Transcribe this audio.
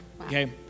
Okay